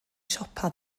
siopa